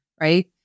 right